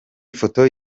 ifoto